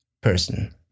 person